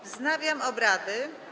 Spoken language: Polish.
Wznawiam obrady.